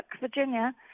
Virginia